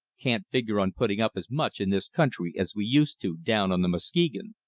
can't figure on putting up as much in this country as we used to down on the muskegon.